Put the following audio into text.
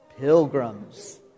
Pilgrims